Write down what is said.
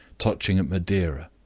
touching at madeira.